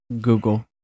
Google